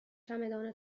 چمدان